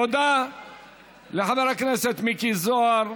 תודה לחבר הכנסת מיקי זוהר.